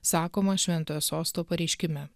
sakoma šventojo sosto pareiškime